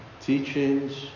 teachings